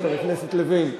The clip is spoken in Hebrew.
חבר הכנסת לוין.